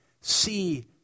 See